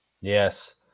Yes